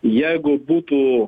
jeigu būtų